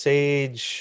Sage